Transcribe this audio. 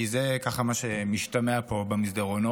כי זה ככה מה שמשתמע פה במסדרונות,